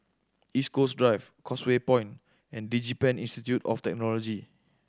East Coast Drive Causeway Point and DigiPen Institute of Technology